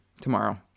tomorrow